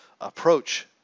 approach